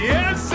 Yes